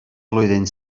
flwyddyn